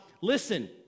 listen